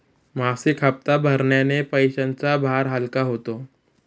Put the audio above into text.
मासिक हप्ता भरण्याने पैशांचा भार हलका होतो